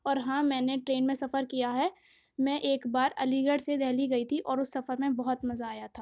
اور ہاں میں نے ٹرین میں سفر کیا ہے میں ایک بار علی گڑھ سے دہلی گئی تھی اور اس سفر میں بہت مزہ آیا تھا